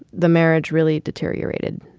the marriage really deteriorated.